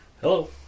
Hello